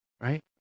right